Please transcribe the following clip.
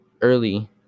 early